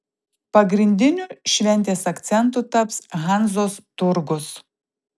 pagrindiniu šventės akcentu taps hanzos turgus